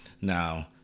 Now